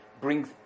brings